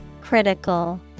Critical